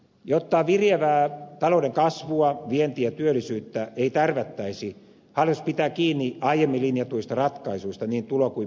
jotta viriävää talouden kasvua vientiä ja työllisyyttä ei tärvättäisi hallitus pitää kiinni aiemmin linjatuista ratkaisuista niin tulo kuin menopuolellakin